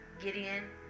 Gideon